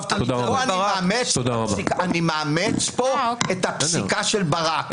אני מאמץ פה את הפסיקה של ברק.